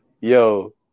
yo